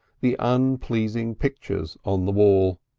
the unpleasing pictures on the wall.